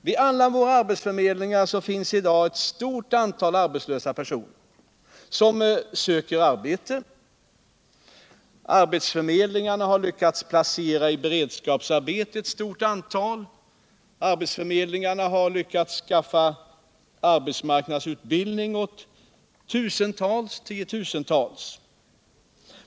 Vid alla våra arbetsförmedlingar finns i dag ett stort antal arbetslösa personer, som söker arbete. Arbetsförmedlingarna har lyckats placera ett stort antal av dem i beredskapsarbete, och de har lyckats bereda tiotusentals arbetssökande arbetsmarknadsutbildning.